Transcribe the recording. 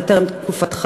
זה טרם תקופתך.